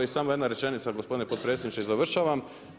I samo jedna rečenica gospodine potpredsjedniče i završavam.